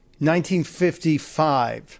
1955